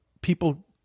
people